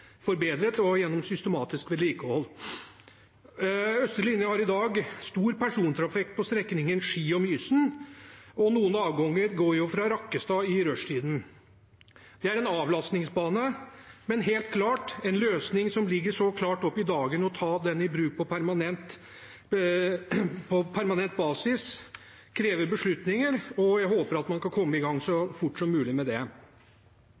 har i dag stor persontrafikk på strekningen Ski–Mysen, og noen avganger går fra Rakkestad i rushtiden. Det er en avlastningsbane, men helt klart en løsning som ligger klart opp i dagen. Å ta den i bruk på permanent basis krever beslutninger, og jeg håper man kan komme i gang så fort som mulig med det.